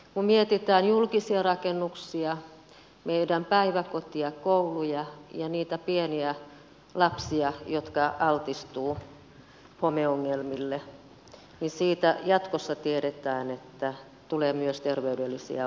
kun mietitään julkisia rakennuksia meidän päiväkoteja kouluja ja niitä pieniä lapsia jotka altistuvat homeongelmille niistä jatkossa tiedetään että tulee myös terveydellisiä ongelmia